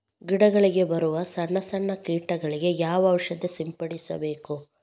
ಗಿಡಗಳಿಗೆ ಬರುವ ಸಣ್ಣ ಸಣ್ಣ ಕೀಟಗಳಿಗೆ ಯಾವ ಔಷಧ ಸಿಂಪಡಿಸಬೇಕು?